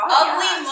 ugly